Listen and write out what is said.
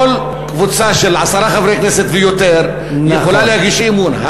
כל קבוצה של עשרה חברי כנסת ויותר יכולה להגיש אי-אמון.